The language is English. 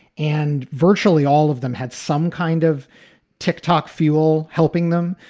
and virtually all of them had some kind of tick tock fuel helping them,